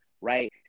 right